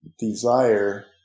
desire